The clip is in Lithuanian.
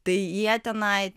tai jie tenai